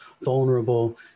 vulnerable